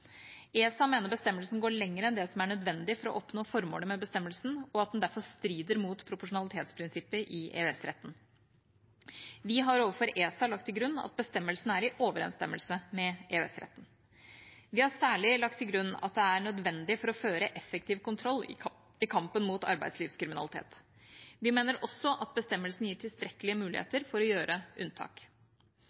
ESA mener bestemmelsen går lenger enn det som er nødvendig for å oppnå formålet med bestemmelsen, og at den derfor strider mot proporsjonalitetsprinsippet i EØS-retten. Vi har overfor ESA lagt til grunn at bestemmelsen er i overenstemmelse med EØS-retten. Vi har særlig lagt til grunn at den er nødvendig for å føre effektiv kontroll i kampen mot arbeidslivskriminalitet. Vi mener også at bestemmelsen gir tilstrekkelige muligheter til å gjøre unntak.